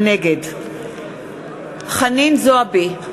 נגד חנין זועבי,